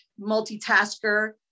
multitasker